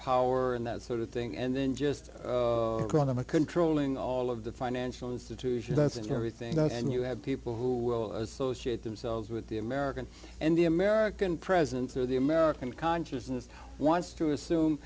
power and that sort of thing and then just draw them a controlling all of the financial institutions doesn't everything and you have people who will associate themselves with the american and the american president through the american consciousness wants to assume